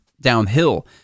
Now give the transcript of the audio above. downhill